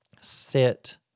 sit